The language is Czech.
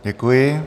Děkuji.